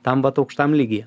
tam vat aukštam lygyje